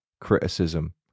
criticism